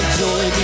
joy